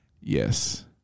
Yes